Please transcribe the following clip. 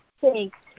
Thanks